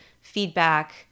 feedback